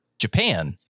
japan